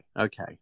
okay